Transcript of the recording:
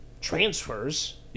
transfers